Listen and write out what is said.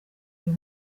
uyu